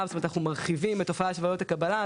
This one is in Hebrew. ואנחנו מרחיבים את התופעה של ועדות הקבלה,